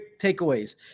takeaways